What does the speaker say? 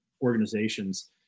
organizations